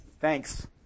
Thanks